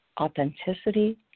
authenticity